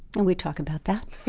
and we talk about that